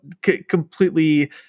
completely